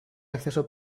acceso